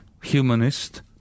humanist